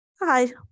Hi